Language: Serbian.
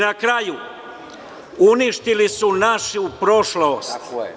Na kraju, uništili su našu prošlost.